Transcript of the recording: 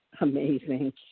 Amazing